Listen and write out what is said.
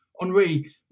Henri